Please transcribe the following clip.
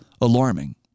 alarming